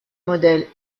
modèles